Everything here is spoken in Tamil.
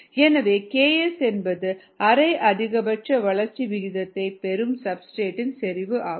எனவே Ks என்பது அரை அதிகபட்ச வளர்ச்சி விகிதத்தைப் பெறும் சப்ஸ்டிரேட் இன் செறிவு ஆகும்